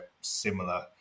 similar